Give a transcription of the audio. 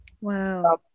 wow